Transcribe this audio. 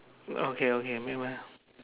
okay okay wait ah wait ah